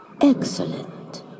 excellent